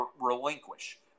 relinquish